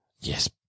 yes